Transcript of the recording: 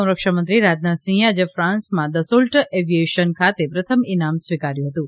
સંરક્ષણમંત્રી રાજનાથસિંહે આજે ફાન્સમાં દસોલ્ટ ઐવિયેશન ખાતે પ્રથમ ઇનામ સ્વીકાર્યું હતું